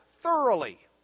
thoroughly